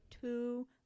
two